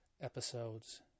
episodes